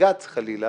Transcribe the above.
שבבג"ץ חלילה